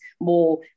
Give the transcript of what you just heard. more